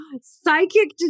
psychic